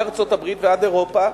מארצות-הברית ועד אירופה,